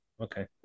Okay